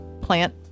plant